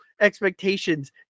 expectations